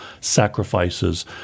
sacrifices